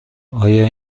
آیا